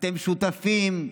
אתם שותפים,